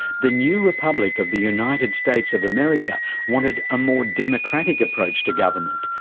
the new republic of the united states of america wanted a more democratic approach to government,